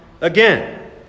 again